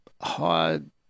hard